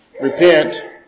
Repent